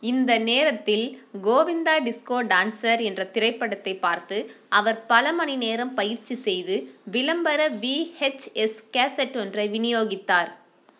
இந்த நேரத்தில் Govinda Disco Dancer என்ற திரைப்படத்தைப் பார்த்து அவர் பல மணி நேரம் பயிற்சி செய்து விளம்பர விஹெச்எஸ் கேசட் ஒன்றை விநியோகித்தார்